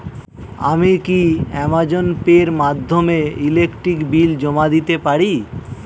আমি কি Amazon pay এর মাধ্যমে ইলেকট্রিক বিল জমা দিতে পারি?